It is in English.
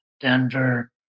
Denver